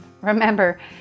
Remember